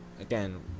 Again